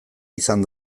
izan